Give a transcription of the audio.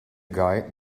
guy